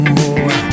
more